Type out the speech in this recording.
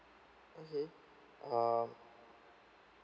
okay um